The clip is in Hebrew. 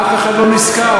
אף אחד לא נזכר.